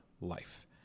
life